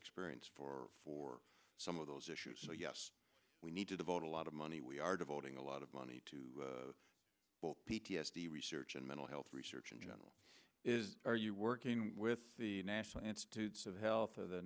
experience for for some of those issues so yes we need to devote a lot of money we are devoting a lot of money to p t s d research in mental health research in general are you working with the national institutes of health of the